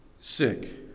sick